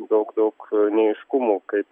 daug daug neaiškumų kaip